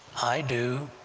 i do!